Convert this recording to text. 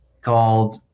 called